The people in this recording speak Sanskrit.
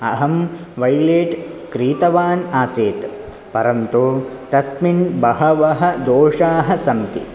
अहं वैलेट् क्रीतवान् आसीत् परन्तु तस्मिन् बहवः दोषाः सन्ति